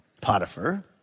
Potiphar